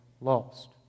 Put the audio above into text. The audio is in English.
lost